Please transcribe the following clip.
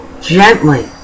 gently